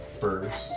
first